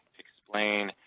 explain,